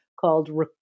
called